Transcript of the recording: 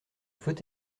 faut